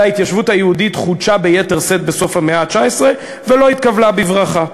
וההתיישבות היהודית חודשה ביתר שאת בסוף המאה ה-19 ולא התקבלה בברכה.